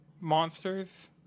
monsters